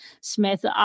Smith